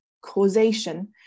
causation